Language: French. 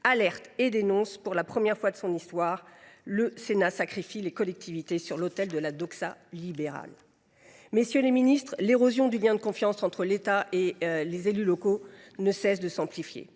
le Sénat, pour la première fois de son histoire, sacrifie les collectivités sur l’autel de la doxa libérale ! Messieurs les ministres, l’érosion du lien de confiance entre l’État et les élus locaux ne cesse de s’amplifier.